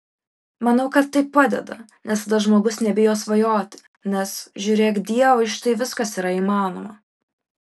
manau kad tai padeda nes tada žmogus nebijo svajoti nes žiūrėk dievui štai viskas yra įmanoma